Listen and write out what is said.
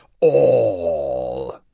All